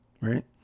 Right